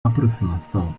aproximação